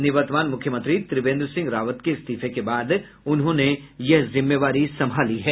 निवर्तमान मुख्यमंत्री त्रिवेन्द्र सिंह रावत के इस्तीफे के बाद उन्होंने यह जिम्मेवारी संभाली है